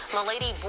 Milady